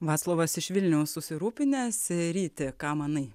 vaclovas iš vilniaus susirūpinęs ryti ką manai